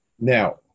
Now